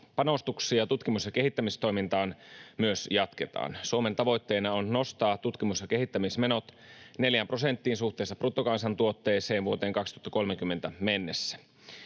Panostuksia tutkimus- ja kehittämistoimintaan jatketaan myös. Suomen tavoitteena on nostaa tutkimus- ja kehittämismenot neljään prosenttiin suhteessa bruttokansantuotteeseen vuoteen 2030 mennessä.